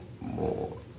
more